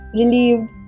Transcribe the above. relieved